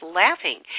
laughing